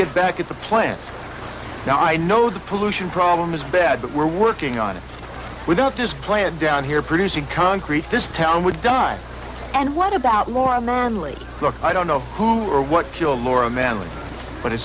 get back at the plant now i know the pollution problem is bad but we're working on it without this plant down here producing concrete this town would die and what about warren monley i don't know who or what killed more a man but it